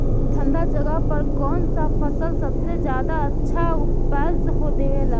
ठंढा जगह पर कौन सा फसल सबसे ज्यादा अच्छा उपज देवेला?